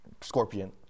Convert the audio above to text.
Scorpion